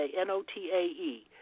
N-O-T-A-E